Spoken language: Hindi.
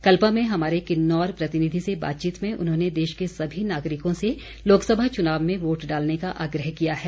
कल्पा में हमारे किन्नौर प्रतिनिधि से बातचीत में उन्होंने देश के सभी नागरिकों से लोकसभा चुनाव में वोट डालने का आग्रह किया है